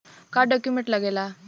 का डॉक्यूमेंट लागेला?